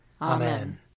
Amen